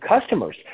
customers